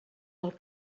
del